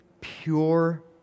pure